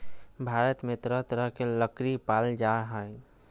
भारत में तरह तरह के लकरी पाल जा हइ